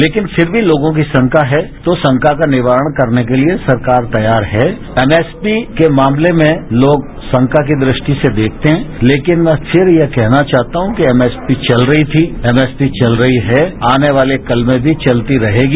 लेकिनफिर भी लोगों की शंका है तो शंका का निवारण करने के लिए सरकार तैयार है एमएसपी के मामलेमें लोग शंका की दृष्टि से देखते हैं लेकिन फिर भी यह कहना चाहता हूं एमएसपी चल रहीथीएमएसपी चल रही है आने वाले कल में भी चलती रहेगी